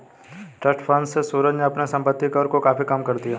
trust fund से सूरज ने अपने संपत्ति कर को काफी कम कर दिया